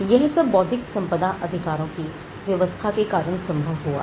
यह सब बौद्धिक संपदा अधिकारों की व्यवस्था के कारण संभव हुआ है